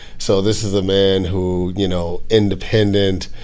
so this is a man who, you know, independent,